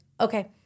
okay